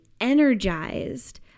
energized